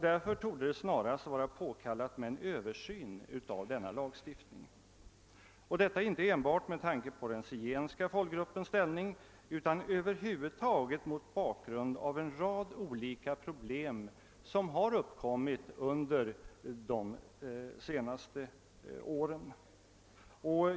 Därför torde en översyn av denna lagstiftning med det snaraste vara erforderlig, med tanke på inte bara den zigenska folkgruppen utan över huvud taget en rad olika problem som uppkommit under de senaste åren.